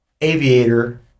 aviator